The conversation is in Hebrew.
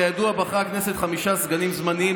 כידוע בחרה הכנסת חמישה סגנים זמניים